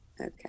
Okay